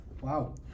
Wow